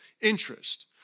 interest